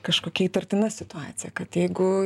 kažkokia įtartina situacija kad jeigu